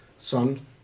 son